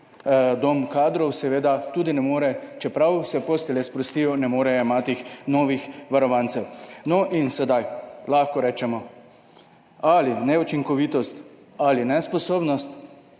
dom kadrov seveda tudi ne more, čeprav se postelje sprostijo, ne more jemati novih varovancev. No in sedaj lahko rečemo, ali neučinkovitost, ali nesposobnost